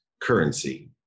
currency